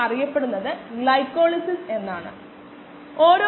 അതിനാൽ t 15 മിനിറ്റിന് തുല്യമാണ് s 16